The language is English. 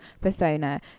persona